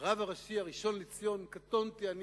הרב הראשי הראשון לציון, קטונתי אני,